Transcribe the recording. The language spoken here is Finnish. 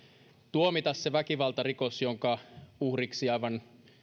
tuomita se väkivaltarikos jonka uhriksi aivan